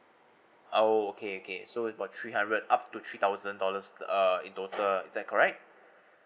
oo okay okay so it's about three hundred up to three thousand dollars uh in total is that correct